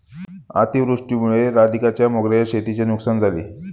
अतिवृष्टीमुळे राधिकाच्या मोगऱ्याच्या शेतीची नुकसान झाले